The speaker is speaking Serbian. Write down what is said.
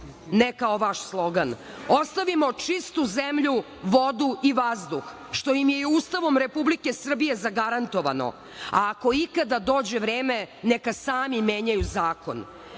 ne kao vaš slogan, ostavimo čistu zemlju, vodu i vazduh, što im je i Ustavom Republike Srbije zagarantovano, a ako ikada dođe vreme neka sami menjaju zakon. Bez